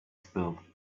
spilled